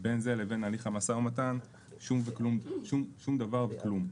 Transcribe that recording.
בין זה להליך המשא ומתן שום דבר וכלום.